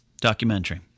Documentary